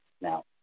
Now